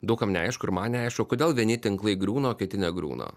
daug kam neaišku ir man neaišku kodėl vieni tinklai griūna o kiti negriūna